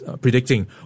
predicting